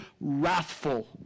wrathful